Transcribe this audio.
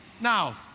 Now